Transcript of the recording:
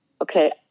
okay